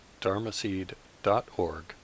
dharmaseed.org